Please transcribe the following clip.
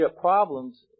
problems